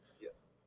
Yes